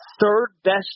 third-best